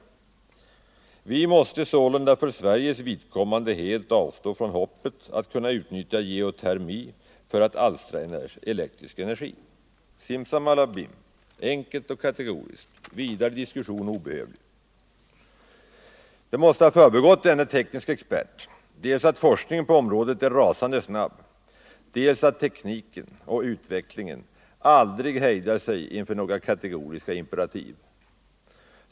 ”Vi måste sålunda för Sveriges vidkommande helt avstå från hoppet att kunna utnyttja geotermi för att alstra elektrisk energi.” Simsalabim! Enkelt och kategoriskt. Vidare diskussion obehövlig! Det måste ha förbigått denne tekniske expert dels att forskningen på området gått rasande snabbt, dels att tekniken och utvecklingen aldrig hejdar sig inför några kategoriska imperativ.